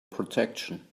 protection